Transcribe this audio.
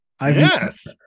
Yes